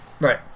Right